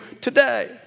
today